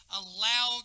allow